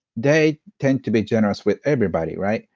they tend to be generous with everybody, right?